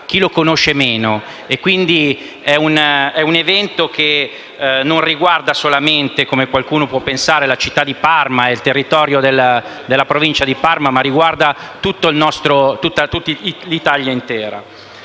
minore. Si tratta, quindi, di un evento che non riguarda solamente, come qualcuno può pensare, la città di Parma e il territorio della Provincia di Parma, ma l'Italia intera.